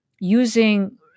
Using